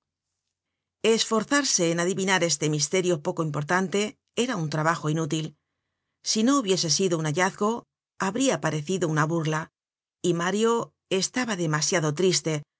esforzarse en adivinar este misterio poco importante era un trabajo inútil si no hubiese sido un hallazgo habria parecido una burla y mario estaba demasiado triste